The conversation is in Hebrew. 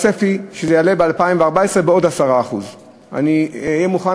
הצפי שזה יעלה ב-2014 בעוד 10%. אני אהיה מוכן